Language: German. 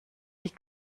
die